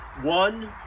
one